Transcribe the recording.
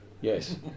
Yes